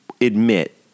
admit